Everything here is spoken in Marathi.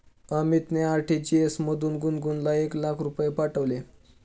अमितने आर.टी.जी.एस मधून गुणगुनला एक लाख रुपये पाठविले